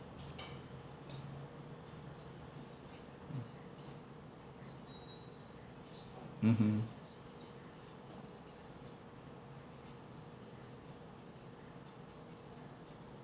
mmhmm